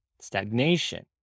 stagnation